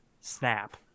snap